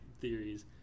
theories